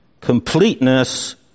completeness